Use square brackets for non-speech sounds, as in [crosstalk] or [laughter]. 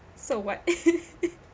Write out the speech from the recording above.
so what [laughs]